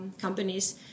companies